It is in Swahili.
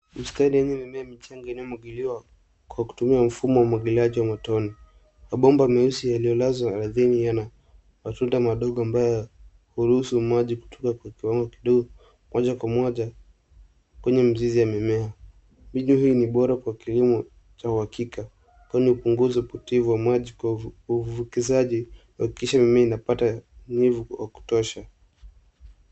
Ustadi wenye mimea michanga inayomwagiliwa kwa kutumia mfumo wa umwagiliaji wa matone. Mabomba meusi yaliyolazwa ardhini yana matundu madogo ambayo huruhusu maji kutoka kwa kiwango kidogo moja kwa moja kwenye mizizi ya mimea. Mbinu hii ni bora kwa uhakika kwani hupunguza upotevu wa maji kwa uvukizaji kuhakikisha mimea inapata unyevu wa kutosha.